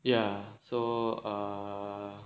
ya so err